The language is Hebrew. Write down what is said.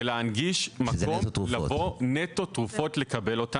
זה להנגיש מקום לבוא נטו ולקבל תרופות.